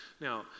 Now